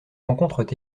rencontrent